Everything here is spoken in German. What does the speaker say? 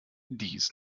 dies